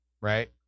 Right